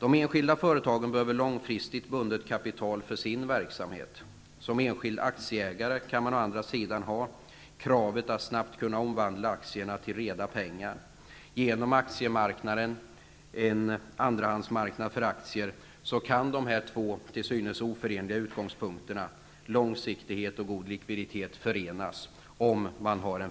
De enskilda företagen behöver för sin verksamhet långfristigt bundet kapital, och som enskild aktieägare kan man ha kravet att snabbt kunna omvandla aktierna till reda pengar. Genom en fungerande aktiemarknad, en andrahandsmarknad för aktier, kan dessa två till synes oförenliga utgångspunkter, långsiktighet och god likviditet, förenas.